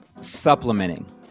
supplementing